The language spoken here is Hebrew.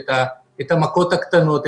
את המכות הקטנות,